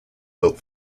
built